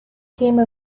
came